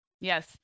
Yes